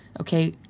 okay